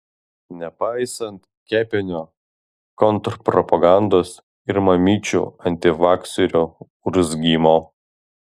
nepaisant kepenio kontrpropagandos ir mamyčių antivakserių urzgimo